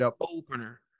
opener